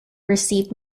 received